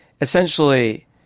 essentially